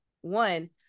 one